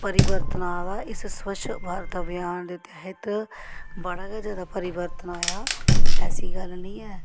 परिवर्तन आ दा इस स्वच्छ भारत अभियान दे तैहत बड़ा गै जादा परिवर्तन आया ऐसी गल्ल नेईंं ऐ